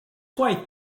gwaith